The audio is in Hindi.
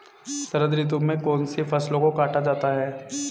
शरद ऋतु में कौन सी फसलों को काटा जाता है?